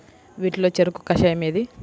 వీటిలో చెరకు కషాయం ఏది?